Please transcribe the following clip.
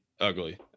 ugly